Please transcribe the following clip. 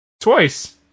Twice